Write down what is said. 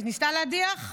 היא ניסתה להדיח?